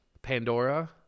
pandora